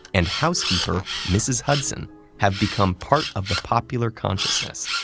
and housekeeper mrs. hudson have become part of the popular consciousness,